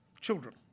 children